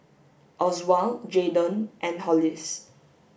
Oswald Jaydon and Hollis